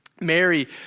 Mary